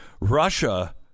Russia